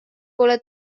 pole